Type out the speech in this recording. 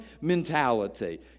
mentality